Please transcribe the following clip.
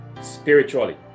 spiritually